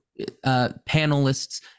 panelists